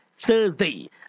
Thursday